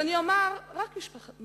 אני רוצה לומר, אדוני היושב-ראש,